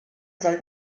soll